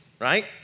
right